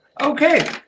Okay